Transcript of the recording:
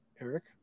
eric